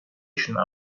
station